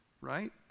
right